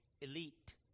elite